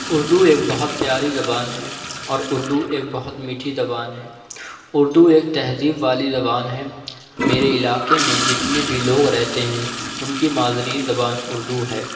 اردو ایک بہت پیاری زبان ہے اور اردو ایک بہت میٹھی زبان ہے اردو ایک تہذیب والی زبان ہے میرے علاقے میں جتنے بھی لوگ رہتے ہیں ان کی مادری زبان اردو ہے